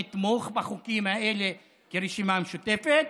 נתמוך בחוקים האלה כרשימה משותפת.